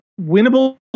winnable